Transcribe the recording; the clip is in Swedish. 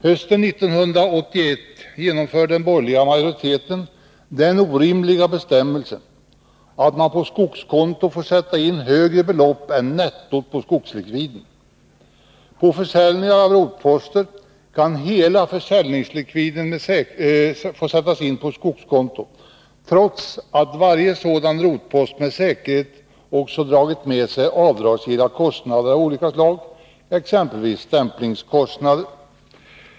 Hösten 1981 genomförde den borgerliga majoriteten den orimliga bestämmelsen att man på skogskonto får sätta in högre belopp än nettot på skogslikviderna. På försäljningar av rotposter kan hela försäljningslikviden få sättas in på skogskontot, trots att varje sådan rotpost med säkerhet också har dragit med sig avdragsgilla kostnader av olika slag, exempelvis stämplingskostnader.